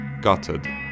guttered